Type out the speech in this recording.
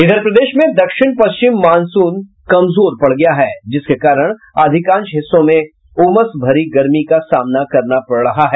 इधर प्रदेश में दक्षिण पश्चिम मॉनसून कमजोर पड़ गया है जिसके कारण अधिकांश हिस्सों में उमस भरी गर्मी का सामना करना पड़ रहा है